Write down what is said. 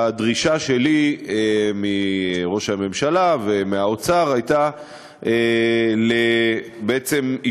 הדרישה שלי מראש הממשלה ומהאוצר הייתה אישור